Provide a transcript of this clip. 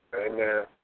Amen